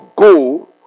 go